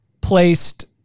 placed